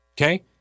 okay